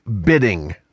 bidding